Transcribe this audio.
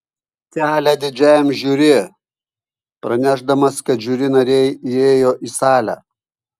kelią didžiajam žiuri pranešdamas kad žiuri nariai įėjo į salę